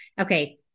okay